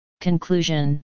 Conclusion